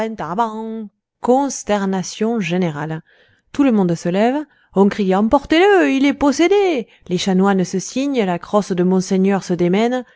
consternation générale tout le monde se lève on crie emportez le il est possédé les chanoines se signent la crosse de monseigneur se démène